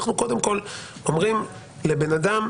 קודם כול אנחנו אומרים לבן אדם: